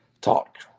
talk